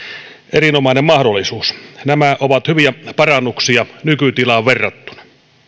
erinomainen mahdollisuus nämä ovat hyviä parannuksia nykytilaan verrattuna